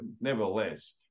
nevertheless